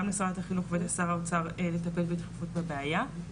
גם לשרת החינוך ולשר האוצר לטפל בדחיפות בבעיה.